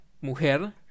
mujer